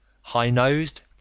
high-nosed